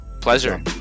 Pleasure